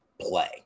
play